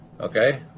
Okay